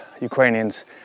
Ukrainians